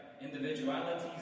individualities